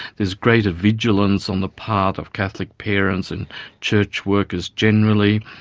there's greater vigilance on the part of catholic parents and church workers generally.